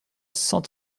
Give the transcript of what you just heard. cent